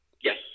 Yes